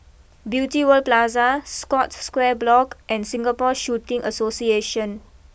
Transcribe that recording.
Beauty World Plaza Scotts Square Block and Singapore Shooting Association